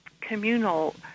communal